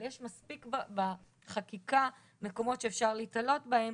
אבל יש מספיק מקומות בחקיקה שאפשר להיתלות בהם